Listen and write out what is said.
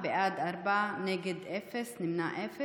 בעד, ארבעה, נגד, אפס, אין נמנעים.